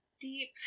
deep